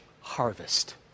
harvest